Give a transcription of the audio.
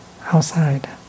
outside